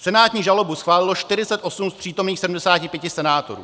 Senátní žalobu schválilo 48 z přítomných 75 senátorů.